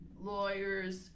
lawyers